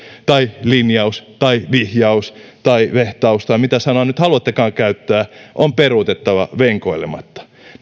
tai linjaus tai vihjaus tai vehtaus tai mitä sanaa nyt haluattekaan käyttää on peruutettava venkoilematta